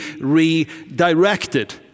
redirected